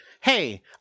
hey